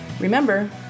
Remember